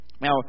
Now